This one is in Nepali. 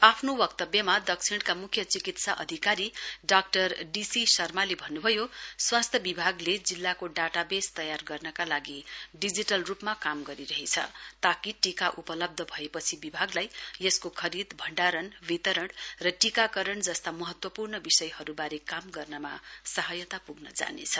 आफ्नो वक्तव्यमा दक्षिणका मुख्य चिकित्सा अधिकारी डाक्टर डीसी शर्माले भन्नुभयो स्वास्थ्य विभागले जिल्लाको डाटावेस तयार गर्नका लागि डिजिटल रूपमा काम गरिरहेछ ताकि टीका उपलब्ध भएपछि विभागलाई यसको खरीद भण्डारण वितरण र टीकाकरण जस्ता महत्वपूर्ण विषयहरूबारे काम गर्नमा सहायता पुग्न जानेछ